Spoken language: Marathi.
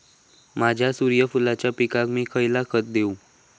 माझ्या सूर्यफुलाच्या पिकाक मी खयला खत देवू?